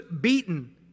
beaten